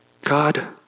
God